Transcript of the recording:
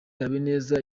habineza